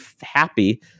happy